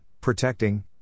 protecting